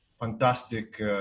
fantastic